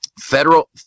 Federal